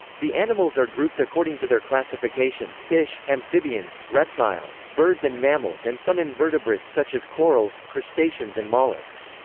the animals are grouped according to their classification fish, amphibians, reptiles, birds and mammals and some invertebrates such as corals, crustaceans and mollusks.